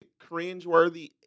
cringeworthy